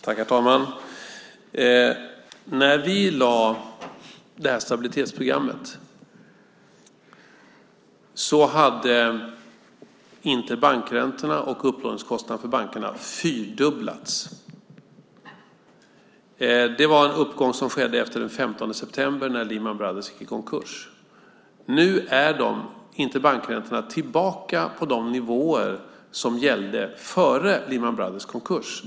Herr talman! När vi lade fram stabilitetsprogrammet hade inte bankräntorna och upplåningskostnaderna för bankerna fyrdubblats. Det var en uppgång som skedde efter den 15 september när Lehman Brothers gick i konkurs. Nu är interbankräntorna tillbaka på de nivåer som gällde före Lehman Brothers konkurs.